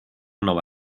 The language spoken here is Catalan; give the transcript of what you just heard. nova